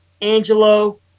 Angelo